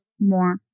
more